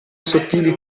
sottili